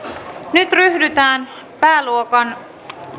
nyt ryhdytään pääluokan